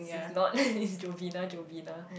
it's not it's Jovina Jovina